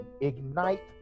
Ignite